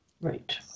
right